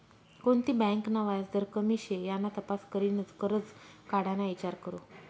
कोणती बँक ना व्याजदर कमी शे याना तपास करीनच करजं काढाना ईचार करो